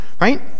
right